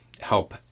help